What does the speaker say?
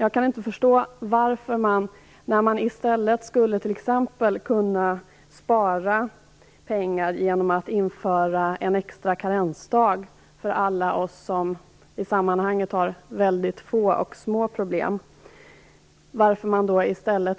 Jag kan inte förstå varför man, när man i stället t.ex. skulle kunna spara pengar genom att införa en extra karensdag för alla oss som i sammanhanget har väldigt få och små problem,